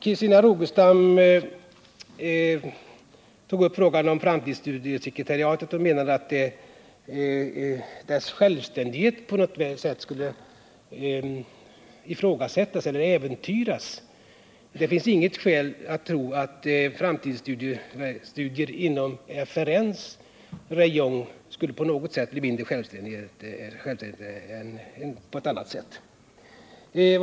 Christina Rogestam tog upp frågan om framtidsstudiesekretariatet och menade att dess självständighet på något sätt skulle ifrågasättas eller äventyras. Det finns inget skäl att tro att framtidsstudier förankrade i den miljö forskningsrådsnämnden utgör skulle bli mindre självständiga än med en annan organisation.